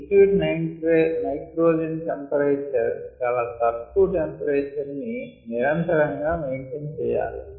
liquid nitrogen temperature చాల తక్కువ temperature ని నిరంతరంగా మెయింటైన్ చెయ్యాలి